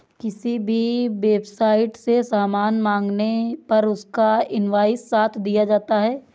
किसी भी वेबसाईट से सामान मंगाने पर उसका इन्वॉइस साथ दिया जाता है